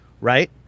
right